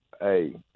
hey